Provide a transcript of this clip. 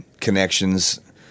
connections